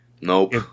Nope